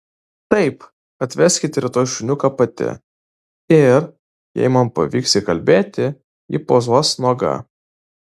taip atveskite rytoj šuniuką pati ir jei man pavyks įkalbėti ji pozuos nuoga